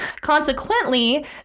Consequently